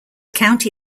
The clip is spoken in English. county